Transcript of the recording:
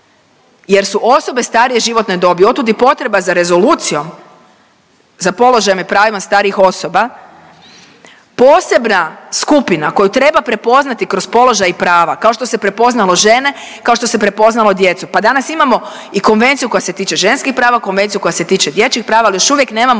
jer su osobe starije životne dobi, otud i potreba za rezolucijom za položajem i pravima starijih osoba posebna skupina koju treba prepoznati kroz položaj i prava kao što se prepoznalo žene, kao što se prepoznalo djecu. Pa danas imamo i konvenciju koja se tiče ženskih prava, konvenciju koja se tiče dječjih prava, ali još uvijek nemamo